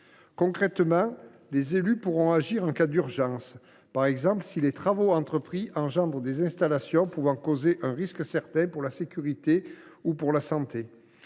Concrètement, les élus pourront agir en cas d’urgence, par exemple « si les travaux entrepris […] ont produit des installations qui présentent un risque certain pour la sécurité ou pour la santé